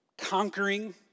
Conquering